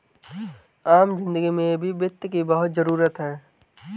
आम जिन्दगी में भी वित्त की बहुत जरूरत है